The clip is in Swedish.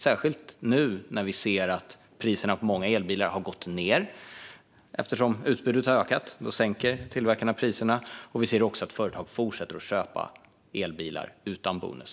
Särskilt nu, när vi ser att priserna på många elbilar har gått ned eftersom utbudet har ökat. Då sänker tillverkarna priserna. Vi ser också att företag fortsätter köpa elbilar utan bonus.